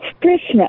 Christmas